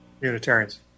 Unitarians